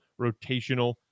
rotational